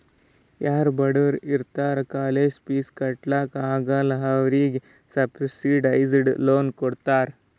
ಯಾರೂ ಬಡುರ್ ಇರ್ತಾರ ಕಾಲೇಜ್ದು ಫೀಸ್ ಕಟ್ಲಾಕ್ ಆಗಲ್ಲ ಅವ್ರಿಗೆ ಸಬ್ಸಿಡೈಸ್ಡ್ ಲೋನ್ ಕೊಡ್ತಾರ್